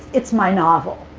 it's my novel.